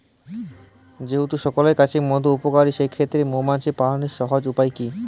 যেহেতু সকলের কাছেই মধু উপকারী সেই ক্ষেত্রে মৌমাছি পালনের সহজ উপায় কি?